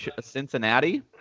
Cincinnati